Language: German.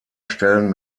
stellen